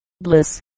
Bliss